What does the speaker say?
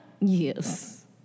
Yes